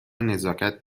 نزاکت